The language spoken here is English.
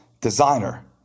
designer